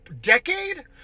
decade